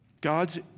God's